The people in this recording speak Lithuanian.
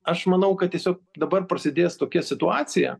aš manau kad tiesiog dabar prasidės tokia situacija